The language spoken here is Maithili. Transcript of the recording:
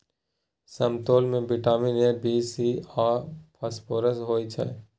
समतोला मे बिटामिन ए, बी, सी आ फास्फोरस होइ छै